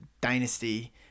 dynasty